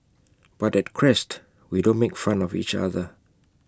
but at Crest we don't make fun of each other